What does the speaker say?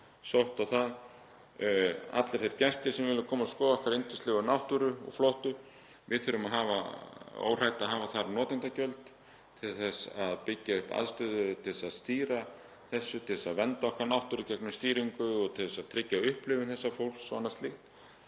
sótt það. Allir þeir gestir sem vilja koma og skoða okkar yndislegu náttúru og flottu — við þurfum að vera óhrædd við að hafa þar notendagjöld til þess að byggja upp aðstöðu til að stýra þessu, til að vernda okkar náttúru, gegnum stýringu og til þess að tryggja upplifun þessa fólks og annað slíkt.